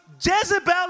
Jezebel